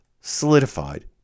solidified